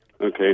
okay